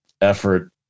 effort